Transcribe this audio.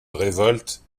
révolte